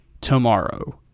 tomorrow